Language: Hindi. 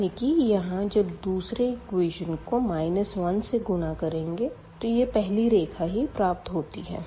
यानी की यहाँ जब दूसरे इक्वेशन को 1 से गुणा करेंगे तो यह पहली रेखा ही प्राप्त होती है